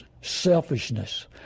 selfishness